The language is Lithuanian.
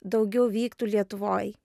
daugiau vyktų lietuvoj